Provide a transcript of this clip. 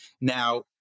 Now